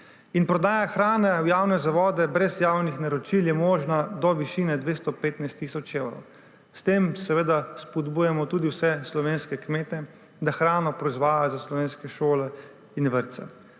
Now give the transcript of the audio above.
Prodaja hrane v javne zavode brez javnih naročil je možna do višine 215 tisoč evrov. S tem seveda spodbujamo tudi vse slovenske kmete, da hrano proizvajajo za slovenske šole in vrtce.